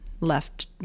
left